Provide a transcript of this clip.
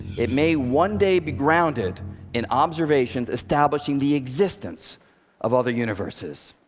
it may one day be grounded in observations, establishing the existence of other universes.